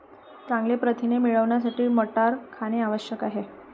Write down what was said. चांगले प्रथिने मिळवण्यासाठी मटार खाणे आवश्यक आहे